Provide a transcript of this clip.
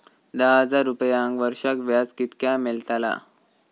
दहा हजार रुपयांक वर्षाक व्याज कितक्या मेलताला?